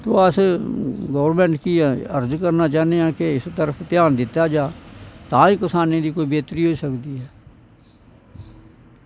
अस गौरमैंट गी अर्ज करना चाह्न्ने आं कि इस तरफ ध्यान दित्ता जा तां गै किसानें दी बेह्तरी होई सकदी ऐ